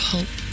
Hope